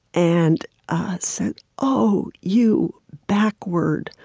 and say, oh, you backward,